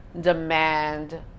demand